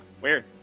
weird